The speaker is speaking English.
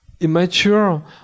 Immature